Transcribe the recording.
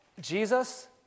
Jesus